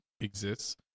exists